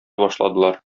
башладылар